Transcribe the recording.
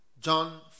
John